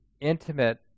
intimate